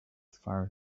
far